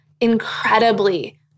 incredibly